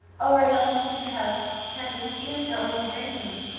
oh, i like things to have handles even if they are only geraniums.